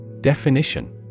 definition